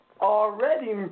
Already